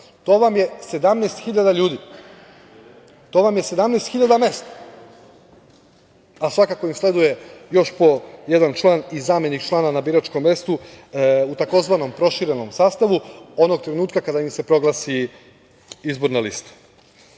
To vam je 17 hiljada ljudi, to vam je 17 hiljada mesta, a svakako im sleduje još po jedan član i zamenik člana na biračkom mestu u tzv. proširenom sastavu onog trenutka kada im se proglasi izborna lista. Zatim,